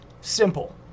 simple